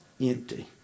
empty